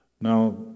Now